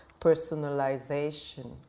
personalization